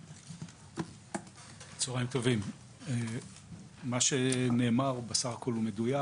צוהריים טובים, מה שנאמר בסך הכול הוא מדויק.